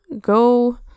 go